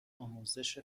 آموزش